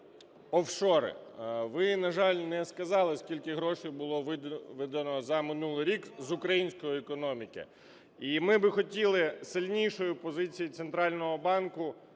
офшори. Ви, на жаль, не сказали, скільки грошей було виведено за минулий рік з української економіки. І ми би хотіли сильнішої позиції центрального банку